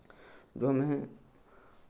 जो हमें